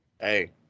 Hey